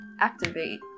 activate